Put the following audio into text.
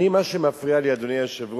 מה שמפריע לי, אדוני היושב-ראש,